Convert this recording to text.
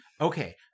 Okay